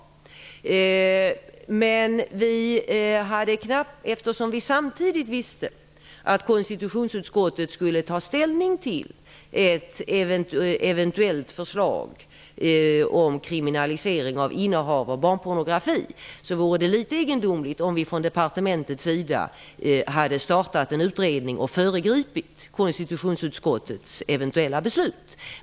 Men eftersom vi samtidigt visste att konstitutionsutskottet skulle ta ställning till ett eventuellt förslag om kriminalisering av innehav av barnpornografi, hade det varit litet egendomligt om vi från departementets sida hade startat en utredning och föregripit konstitutionsutskottets eventuella beslut.